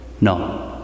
no